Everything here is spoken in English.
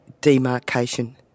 demarcation